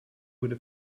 would